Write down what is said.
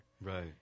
Right